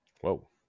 whoa